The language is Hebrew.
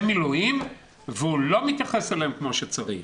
מילואים והוא לא מתייחס אליהם כמו שצריך.